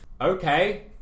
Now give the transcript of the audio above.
Okay